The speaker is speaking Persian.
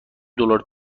دلار